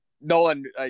Nolan